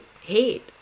hate